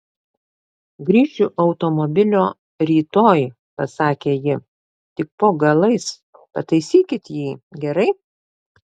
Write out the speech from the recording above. grįšiu automobilio rytoj pasakė ji tik po galais pataisykit jį gerai